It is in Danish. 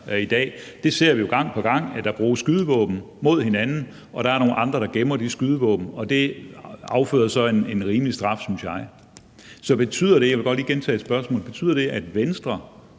i dag. Vi ser jo gang på gang, at der bruges skydevåben. De bruger dem mod hinanden, og der er nogle andre, der gemmer de skydevåben, og det afføder så en rimelig straf, synes jeg. Jeg vil godt lige gentage spørgsmålet. Betyder det, at Venstre